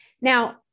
Now